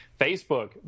Facebook